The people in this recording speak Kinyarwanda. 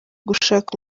gushaka